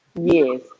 Yes